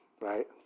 right